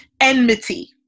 enmity